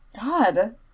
God